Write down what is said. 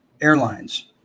Airlines